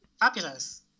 Fabulous